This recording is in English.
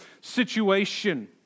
situation